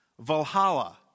Valhalla